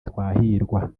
twahirwa